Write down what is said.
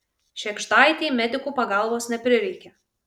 šėgždaitei medikų pagalbos neprireikė